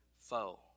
foe